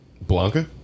Blanca